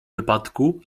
wypadku